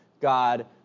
God